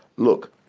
look,